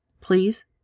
Please